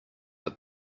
are